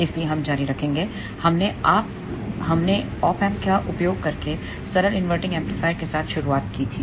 इसलिए हम जारी रखेंगे हमने औप एमप का उपयोग करके सरल इनवर्टिंग एम्पलीफायर के साथ शुरुआत की थी